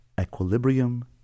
Equilibrium